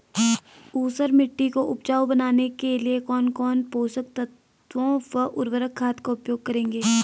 ऊसर मिट्टी को उपजाऊ बनाने के लिए कौन कौन पोषक तत्वों व उर्वरक खाद का उपयोग करेंगे?